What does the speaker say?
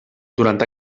durant